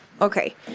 Okay